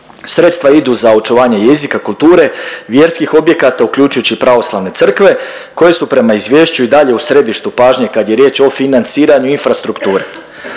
sredstva idu za očuvanje jezika, kulture, vjerskih objekata, uključujući pravoslavne crkve koje su prema izvješću i dalje u središtu pažnje kad je riječ o financiranju infrastrukture.